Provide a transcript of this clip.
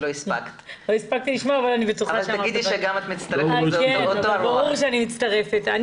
--- אבל ברור שאני מצטרפת.